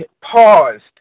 paused